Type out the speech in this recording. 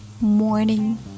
morning